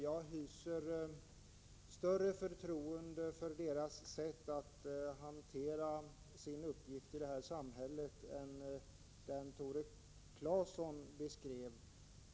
Jag hyser större förtroende för fastighetsägarnas sätt att hantera sin uppgift i vårt samhälle än Tore Claeson.